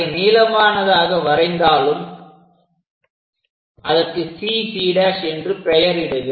அதை நீளமானதாக வரைந்தாலும் அதற்கு CC' என்று பெயர் இடுக